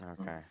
Okay